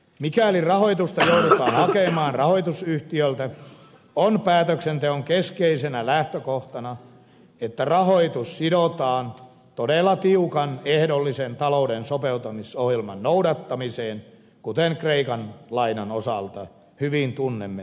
mikäli rahoitusta joudutaan hakemaan rahoitusyhtiöltä on päätöksenteon keskeisenä lähtökohtana että rahoitus sidotaan todella tiukan ehdollisen talouden sopeuttamisohjelman noudattamiseen kuten kreikan lainan osalta hyvin tunnemme ja tiedämme